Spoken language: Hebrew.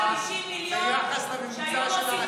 השנה ביחס לממוצע של העשור האחרון.